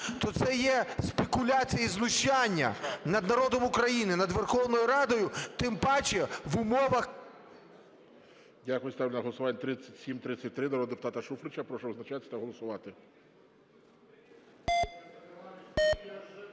то це є спекуляція і знущання над народом України, над Верховною Радою, тим паче в умовах… ГОЛОВУЮЧИЙ. Дякую. Ставлю на голосування 3733 народного депутата Шуфрича. Прошу визначатись та голосувати.